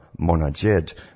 Monajed